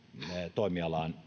toimialan